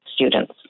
students